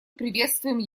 приветствуем